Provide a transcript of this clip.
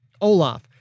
Olaf